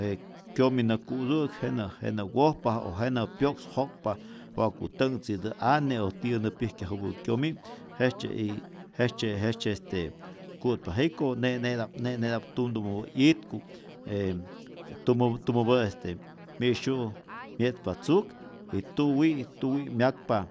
Je kyomi nä ku'tu'äk jenä jenä wojpa, o jenä pyo'ks jo'kpa wa'ku tänhtzi'täj ane o tiyä nä pyäjkyajupä kyomi', jejtzye y jejtzye jejtzye este ku'tpa, jiko ne'neta'p, ne'ne'ta'p tumtumäpä' yitku' e tumä tumäpä' este mi'syu' mye'tzpa tzuk y tuwi'i tuwi' myakpa